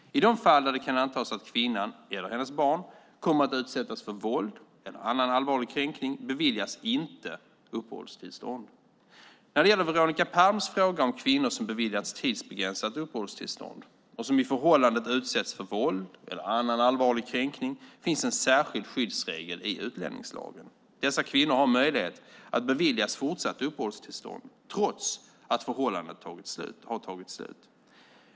I de fall där det kan antas att kvinnan eller hennes barn kommer att utsättas för våld eller annan allvarlig kränkning beviljas inte uppehållstillstånd. När det gäller Veronica Palms fråga om kvinnor som beviljats tidsbegränsat uppehållstillstånd och som i förhållandet utsätts för våld eller annan allvarlig kränkning finns en särskild skyddsregel i utlänningslagen. Dessa kvinnor har möjlighet att beviljas fortsatt uppehållstillstånd trots att förhållandet har tagit slut.